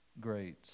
great